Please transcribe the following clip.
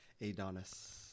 Adonis